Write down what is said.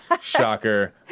Shocker